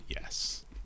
Yes